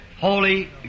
Holy